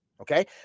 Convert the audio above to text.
Okay